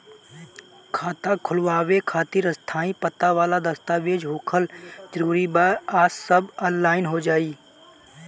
खाता खोलवावे खातिर स्थायी पता वाला दस्तावेज़ होखल जरूरी बा आ सब ऑनलाइन हो जाई?